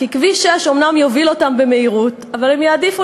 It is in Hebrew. כי כביש 6 אומנם יוביל אותם במהירות אבל הם יעדיפו